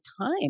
time